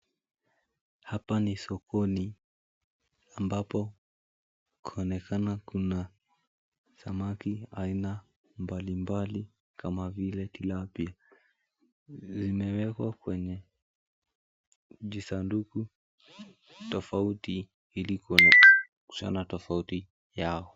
Hapa ni sokoni ambapo kwaonekana kuna samaki aina mbalimbali kama vile tilapia. Zimewekwa kwenye jisaduku tofauti ili kuonyeshana tofauti yao.